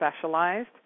specialized